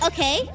Okay